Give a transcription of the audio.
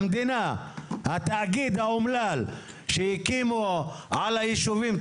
התאגיד האומלל שהקימו על הישובים,